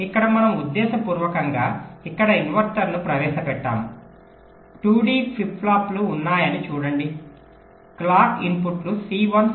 ఇక్కడ మనము ఉద్దేశపూర్వకంగా ఇక్కడ ఇన్వర్టర్ను ప్రవేశపెట్టాము 2 D ఫ్లిప్ ఫ్లాప్లు ఉన్నాయని చూడండి క్లాక్ ఇన్పుట్లు C1 C2